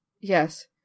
yes